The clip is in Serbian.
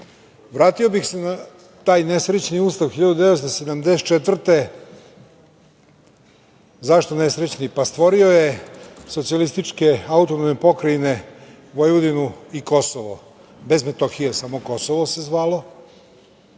Ustav. Vratio bih se na taj nesrećni Ustav 1974. godine. Zašto nesrećni? Pa stvorio je socijalističke autonomne pokrajine Vojvodinu i Kosovo, bez Metohije, samo Kosovo se zvalo,